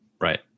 right